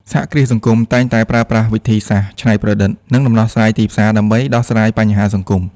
សហគ្រាសសង្គមតែងតែប្រើប្រាស់វិធីសាស្រ្តច្នៃប្រឌិត និងដំណោះស្រាយទីផ្សារ ដើម្បីដោះស្រាយបញ្ហាសង្គម។